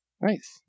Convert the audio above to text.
Nice